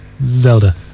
Zelda